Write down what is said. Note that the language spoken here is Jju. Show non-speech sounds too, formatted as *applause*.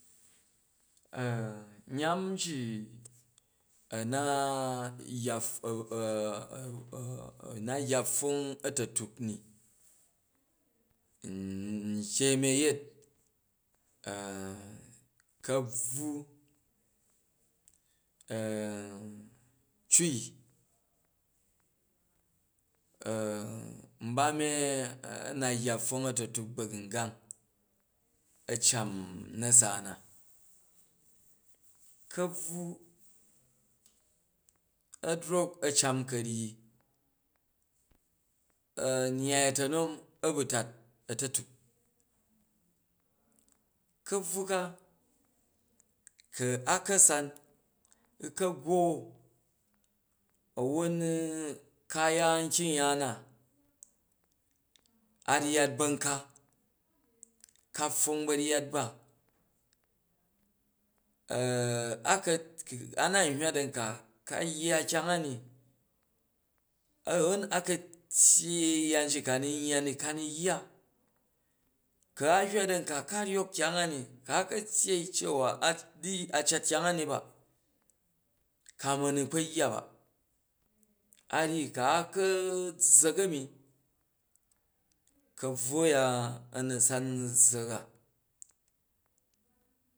*hesitation* nyam ji a̱na *hesitation* a̱na yya pfwong atu̱tak ni, nji mii a̱yet *hesitation* ka̱bvwu *hesitation* cai *hesitation* nba mi a̱na yya pfwong a̱ta̱tuk ba̱gingang a cam na̱sa na. Ka̱bvu a drok a cam ka̱ryi, *hesitation* nyai a̱ta̱nom a̱ ba tat a̱ta̱kuk, ka̱bvu ka, ku a ka̱ san u ka̱ goo, a won ni ka ya nkying ya na a nyya ba̱nka, ka pfong ba̱ryyat ba *hesitation* a ka̱, a na hywa dan ka ayya kyang ani, a̱wwon a ka̱ tyyei yyaji ka nu̱ nyya ni ka nu̱ yya, ku a hywa dan ka ka ryok kyang a ni, ku aka tyyei cewa a cat kyang a ni ba, ka ma nu kpa yya ba, a ryyi ku̱ a ka̱ zzak a̱mi ka̱bvu aya a̱ nu san zzak a